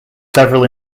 several